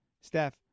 Steph